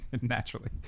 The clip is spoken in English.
naturally